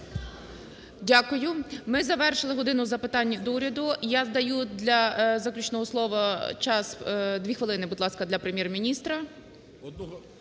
Дякую. Ми завершили "годину запитань до Уряду". Я даю для заключного слова час - дві хвилини, будь ласка, для Прем'єр-міністра.